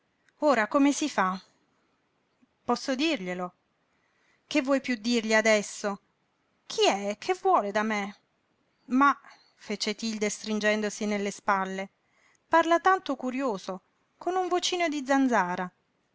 ora come si fa posso dirglielo che vuoi piú dirgli adesso chi è che vuole da me mah fece tilde stringendosi nelle spalle parla tanto curioso con un vocino di zanzara